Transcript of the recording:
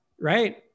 right